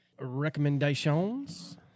Recommendations